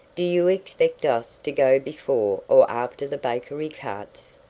do you expect us to go before or after the bakery carts?